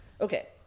Okay